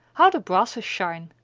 how the brasses shine!